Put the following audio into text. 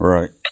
Right